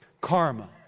Karma